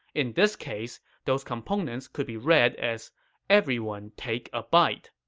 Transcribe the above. in this case, those components could be read as everyone take a bite.